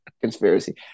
conspiracy